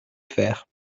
faire